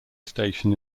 station